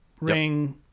ring